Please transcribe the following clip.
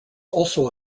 also